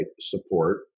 support